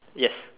yes